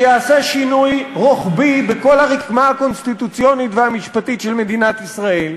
שיעשה שינוי רוחבי בכל הרקמה הקונסטיטוציונית והמשפטית של מדינת ישראל,